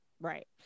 Right